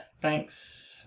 Thanks